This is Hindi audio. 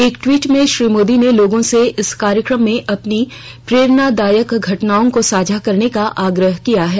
एक टवीट में श्री मोदी ने लोगों से इस कार्यक्रम में अपनी प्रेरणादायक घटनाओं को साझा करने का आग्रह किया है